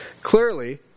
Clearly